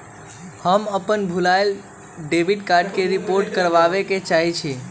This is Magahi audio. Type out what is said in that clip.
हम अपन भूलायल डेबिट कार्ड के रिपोर्ट करावे के चाहई छी